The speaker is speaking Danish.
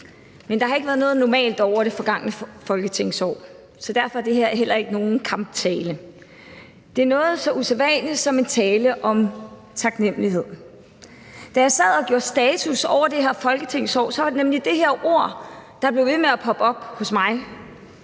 men der har ikke været noget normalt over det forgangne folketingsår, så derfor er det her heller ikke nogen kamptale. Det er noget så usædvanligt som en tale om taknemlighed. Da jeg sad og gjorde status over det her folketingsår, var det nemlig det ord, der blev ved med at poppe op hos mig: